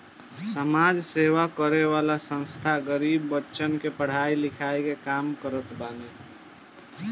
समाज सेवा करे वाला संस्था गरीब बच्चन के पढ़ाई लिखाई के काम करत बाने